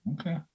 Okay